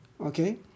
Okay